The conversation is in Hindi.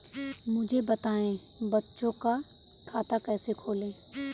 मुझे बताएँ बच्चों का खाता कैसे खोलें?